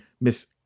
Miss